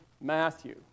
Matthew